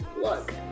look